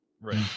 Right